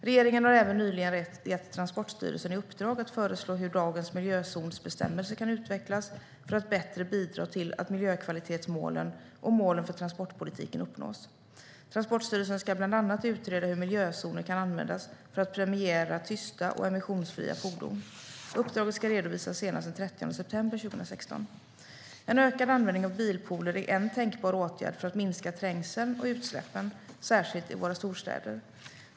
Regeringen har även nyligen gett Transportstyrelsen i uppdrag att föreslå hur dagens miljözonsbestämmelser kan utvecklas för att bättre bidra till att miljökvalitetsmålen och målen för transportpolitiken uppnås. Transportstyrelsen ska bland annat utreda hur miljözoner kan användas för att premiera tysta och emissionsfria fordon. Uppdraget ska redovisas senast den 30 september 2016. En ökad användning av bilpooler är en tänkbar åtgärd för att minska trängseln och utsläppen, särskilt i våra storstäder.